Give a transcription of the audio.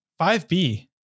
5B